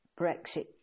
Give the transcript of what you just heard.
Brexit